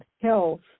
health